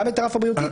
גם את הרף הבריאותי,